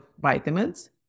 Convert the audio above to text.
vitamins